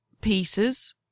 pieces